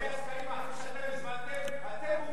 לפי הסקרים שאתם הזמנתם אתם מוכים.